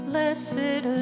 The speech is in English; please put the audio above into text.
Blessed